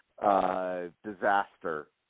disaster